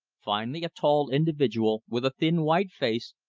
finally a tall individual with a thin white face,